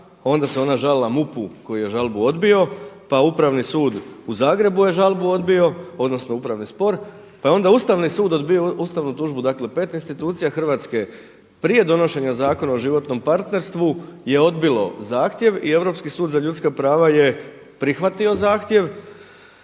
onda se ona žalila MUP-u koji je žalbu odbio, pa Upravni sud u Zagrebu je žalbu odbio odnosno upravni spor, pa je onda Ustavni sud odbio ustavnu tužbu dakle pet institucija Hrvatske prije donošenja Zakona o životnom partnerstvu je odbilo zahtjev i Europski sud za ljudska prava je prihvatio zahtjev.